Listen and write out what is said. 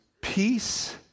peace